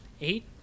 eight